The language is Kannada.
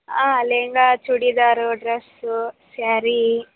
ಹಾಂ ಲೇಹಂಗ ಚೂಡಿದಾರು ಡ್ರೆಸ್ಸು ಸ್ಯಾರೀ